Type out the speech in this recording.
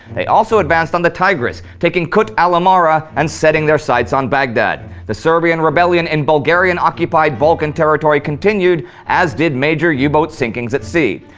they also advanced on the tigris, taking kut-al-amara and setting their sights on baghdad. the serbian rebellion in bulgarian occupied balkan territory continued, as did major yeah u-boat sinkings at sea.